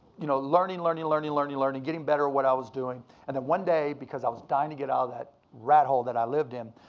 you know learning, learning, learning, learning, learning, getting better at what i was doing. and then one day, because i was dying to get out of that rat hole that i lived in,